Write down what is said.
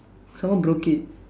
someone broke it